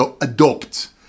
adopt